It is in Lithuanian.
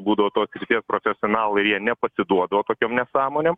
būdavo tos profesionalai jie nepasiduodavo tokiom nesąmonėm